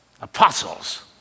apostles